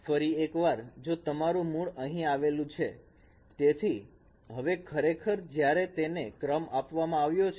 ફરી એકવાર જો તમારું મૂળ અહીં આવેલું છે તેથી હવે ખરેખર જ્યારે તેને ક્રમ આપવામાં આવ્યો છે